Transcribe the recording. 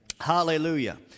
Hallelujah